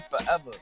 forever